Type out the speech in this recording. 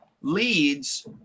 leads